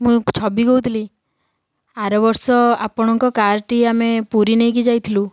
ମୁଁ ଛବି କହୁଥିଲି ଆର ବର୍ଷ ଆପଣଙ୍କ କାରଟି ଆମେ ପୁରୀ ନେଇକି ଯାଇଥିଲୁ